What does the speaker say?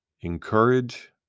encourage